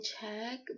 check